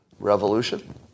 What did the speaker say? Revolution